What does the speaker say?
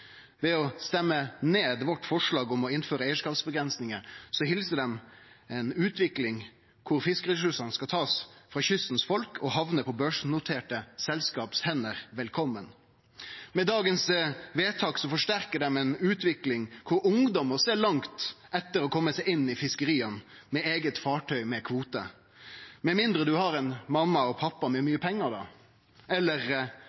Ved å stemme ned forslaget vårt om å innføre eigarskapsavgrensingar helsar dei velkomen ei utvikling kor fiskeressursane skal bli tatt frå kystfolket og hamne i hendene til børsnoterte selskap. Med vedtaket av i dag forsterkar dei ei utvikling kor ungdom må sjå langt etter å kome seg inn i fiskeria med eige fartøy med kvote – med mindre ein har ein mamma og pappa med mykje pengar, eller